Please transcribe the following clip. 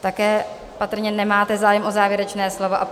Také patrně nemáte zájem o závěrečné slovo.